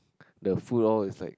the food all is like